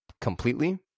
completely